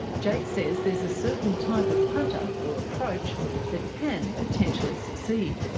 jake says there is a certain type of punter or approach that can potentially succeed.